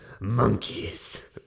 Monkeys